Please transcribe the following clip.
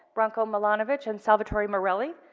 branko milanovic and salvatore morelli,